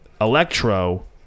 Electro